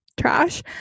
trash